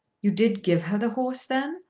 you did give her the horse then?